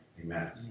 amen